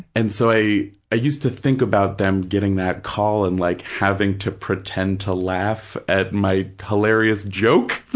and so, i i used to think about them getting that call and like having to pretend to laugh at my hilarious joke